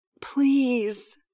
please